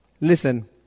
Listen